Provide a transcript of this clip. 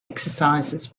exercises